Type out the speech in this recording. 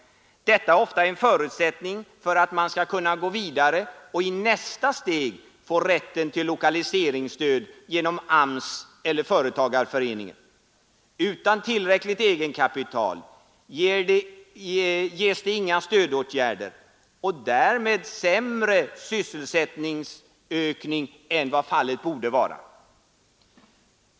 Detta är ofta en förutsättning för att man skall kunna gå vidare och i nästa steg få rätten till lokaliseringsstöd genom AMS eller företagarföreningen. Utan tillräckligt egenkapital ges det inga stödåtgärder och därmed blir det en sämre sysselsättningsökning än det borde vara.